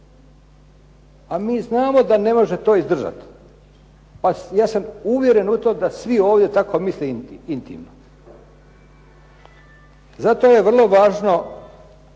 A mi znamo da ne može to izdržati. Ja sam uvjeren u to da svi ovdje tako misle intimno. Zato je vrlo važno